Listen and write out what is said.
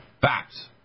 facts